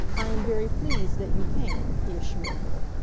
i am very pleased that you came, he assured her.